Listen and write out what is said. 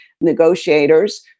negotiators